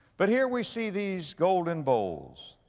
but here we see these golden bowls